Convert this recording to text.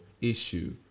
issue